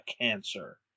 cancer